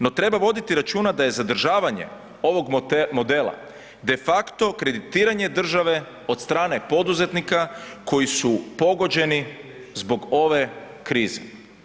No, treba voditi računa da je zadržavanje ovog modela de facto kreditiranje države od strane poduzetnika koji su pogođeni zbog ove krize.